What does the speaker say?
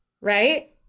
right